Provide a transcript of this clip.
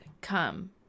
come